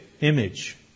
image